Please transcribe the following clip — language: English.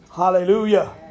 Hallelujah